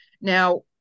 Now